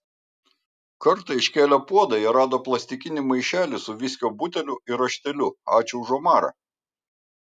kartą iškėlę puodą jie rado plastikinį maišelį su viskio buteliu ir rašteliu ačiū už omarą